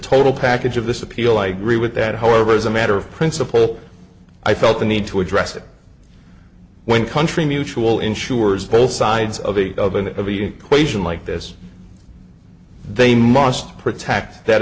total package of this appeal i agree with that however as a matter of principle i felt the need to address it when country mutual insurers both sides of a question like this they must protect that